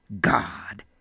God